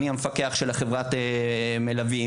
אני המפקח של חברת מלווים.